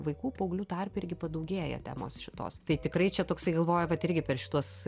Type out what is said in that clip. vaikų paauglių tarpe irgi padaugėja temos šitos tai tikrai čia toksai galvoja vat irgi per šituos